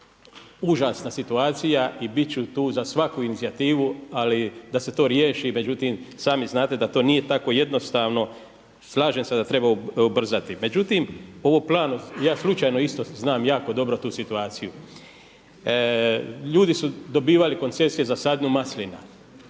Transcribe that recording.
užasna situacija i bit ću tu za svaku inicijativu, ali da se to riješi međutim sami znate da to nije tako jednostavno. Slažem se da treba ubrzati. Međutim, ovo …/Govornik se ne razumije./… ja isto znam jako dobro tu situaciju. Ljudi su dobivali koncesije za sadnju maslina.